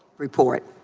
report,